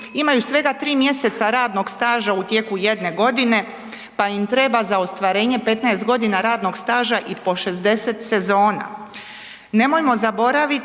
imaju svega 3 mj. radnog staža u tijeku jedne godine pa im treba za ostvarenje 15 g. radnog staža i po 60 sezona.